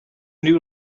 new